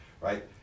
right